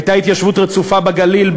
הייתה התיישבות רצופה בגליל,